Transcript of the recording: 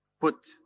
Put